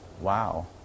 wow